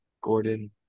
Gordon